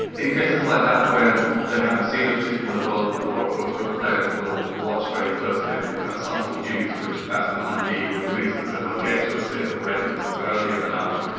in cases like that, where they haven't seen a particular bowler before, of course good players will watch very closely and pick up subtle cues which batsmen like me would miss, and so they'll get to a state of readiness earlier than i would.